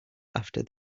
after